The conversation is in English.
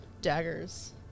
daggers